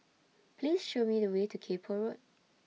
Please Show Me The Way to Kay Poh Road